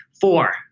four